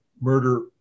murder